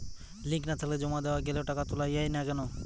Link না থাকলে জমা দেওয়া গেলেও টাকা তোলা য়ায় না কেন?